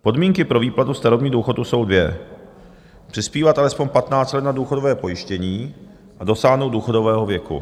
Podmínky pro výplatu starobního důchodu jsou dvě přispívat alespoň patnáct let na důchodové pojištění a dosáhnout důchodového věku.